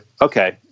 okay